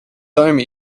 time